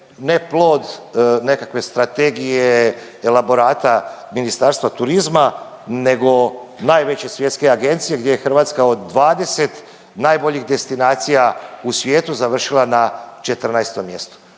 ne plod nekakve strategije, elaborata Ministarstva turizma nego najveće svjetske agencije gdje je Hrvatska od 20 najboljih destinacija u svijetu završila na 14. mjestu.